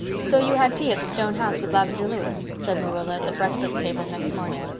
so you had tea at the stone house with lavendar lewis? said marilla at the breakfast table next morning.